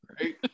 right